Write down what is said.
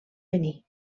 venir